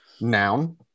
Noun